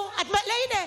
הינה,